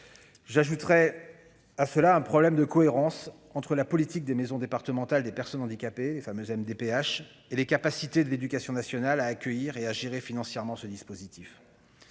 par ailleurs un problème de cohérence entre la politique des maisons départementales des personnes handicapées (MDPH) et les capacités de l'éducation nationale à accueillir et à gérer financièrement ce dispositif.